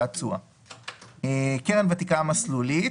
"קרן ותיקה מסלולית"